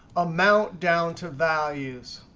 amount down to values.